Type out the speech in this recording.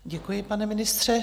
Děkuji, pane ministře.